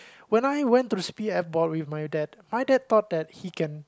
when I went to the C_P_F Board with my dad my dad thought that he can